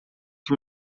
que